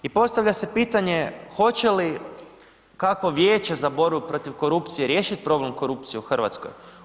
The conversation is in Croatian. I postavlja se pitanje hoće li kakvo Vijeće za borbu protiv korupcije riješiti problem korupcije u Hrvatskoj?